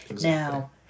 Now